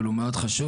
אבל הוא מאוד חשוב,